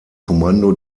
kommando